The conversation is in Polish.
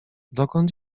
dokąd